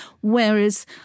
whereas